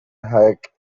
hike